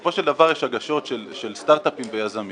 בסופו של דבר יש הגשות של סטרטאפים ויזמים